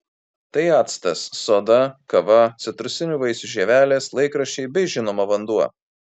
tai actas soda kava citrusinių vaisių žievelės laikraščiai bei žinoma vanduo